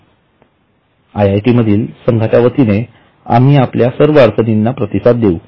म्हणून आयआयटी मधील संघाच्या वतीने आम्ही आपल्या सर्व अडचणींना प्रतिसाद देवू